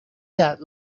that